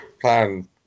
plan